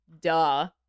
Duh